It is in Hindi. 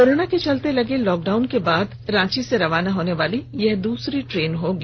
कोरोना के चलते लगे लॉकडाउन के बाद रांची से रवाना होने वाली यह दूसरी ट्रेन होगी